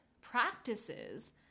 practices